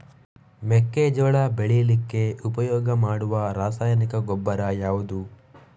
ಮೆಕ್ಕೆಜೋಳ ಬೆಳೀಲಿಕ್ಕೆ ಉಪಯೋಗ ಮಾಡುವ ರಾಸಾಯನಿಕ ಗೊಬ್ಬರ ಯಾವುದು?